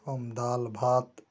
एवम् दाल भात